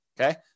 Okay